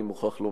אני מוכרח לומר,